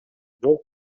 жол